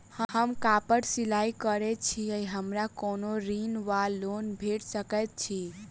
हम कापड़ सिलाई करै छीयै हमरा कोनो ऋण वा लोन भेट सकैत अछि?